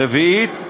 רביעית,